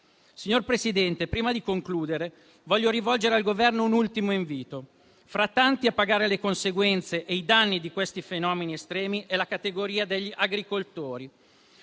Signor Presidente, prima di concludere, voglio rivolgere al Governo un ultimo invito: fra i tanti a pagare le conseguenze e i danni di questi fenomeni estremi, c'è la categoria degli agricoltori,